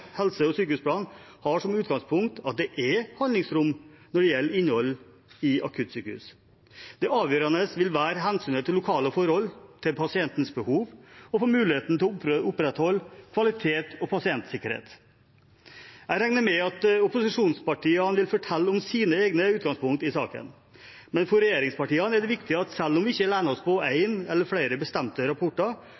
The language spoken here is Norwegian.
helse- og sykehusplan har som utgangspunkt at det er handlingsrom når det gjelder innholdet i et akuttsykehus. Det avgjørende vil være hensynet til lokale forhold, pasientenes behov og muligheten til å opprettholde kvalitet og pasientsikkerhet. Jeg regner med at opposisjonspartiene vil fortelle om sine egne utgangspunkt i saken, men for regjeringspartiene er det viktig at selv om vi ikke lener oss på